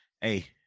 hey